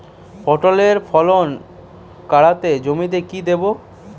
পটলের ফলন কাড়াতে জমিতে কি দেবো?